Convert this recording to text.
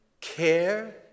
care